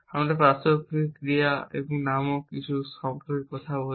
আমরা প্রাসঙ্গিক ক্রিয়া নামক কিছু সম্পর্কে কথা বলি